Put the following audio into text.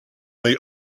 the